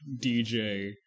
DJ